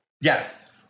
Yes